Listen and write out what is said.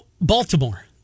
Baltimore